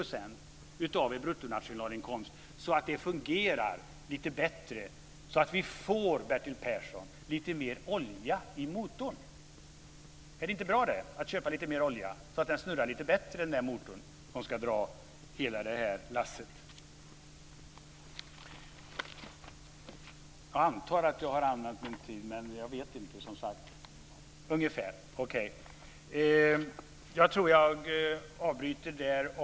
Jag antar att jag snart har använt min talartid. Jag tror att jag bryter där.